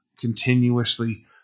continuously